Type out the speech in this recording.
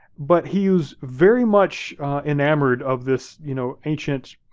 but he was very much enamored of this you know ancient,